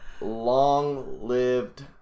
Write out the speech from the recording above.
long-lived